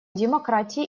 демократии